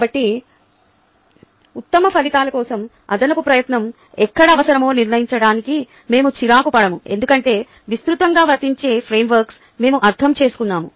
కాబట్టి ఉత్తమ ఫలితాల కోసం అదనపు ప్రయత్నం ఎక్కడ అవసరమో నిర్ణయించడానికి మేము చిరాకు పడము ఎందుకంటే విస్తృతంగా వర్తించే ఫ్రేమ్వర్క్లను మేము అర్థం చేసుకున్నాము